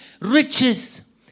riches